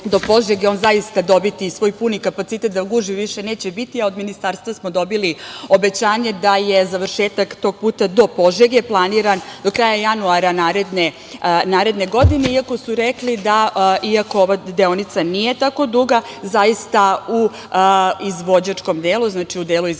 on zaista dobiti svoj puni kapacitet, da gužvi više neće biti, a od Ministarstva smo dobili obećanje da je završetak tog puta do Požege planiran do kraja januara naredne godine, iako su rekli da ova deonica nije tako duga, u izvođačkom delu izgradnje